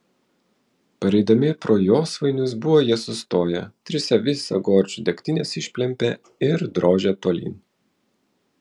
pareidami pro josvainius buvo jie sustoję trise visą gorčių degtinės išplempė ir drožė tolyn